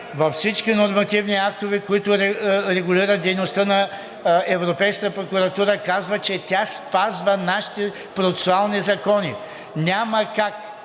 във всички нормативни актове, които регулират дейността на Европейската прокуратура, казват, че тя спазва нашите процесуални закони. Няма как,